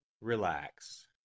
relax